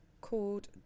called